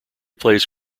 plays